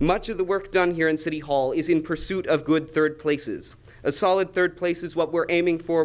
much of the work done here in city hall is in pursuit of good third places a solid third place is what we're aiming for